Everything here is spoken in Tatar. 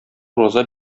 ураза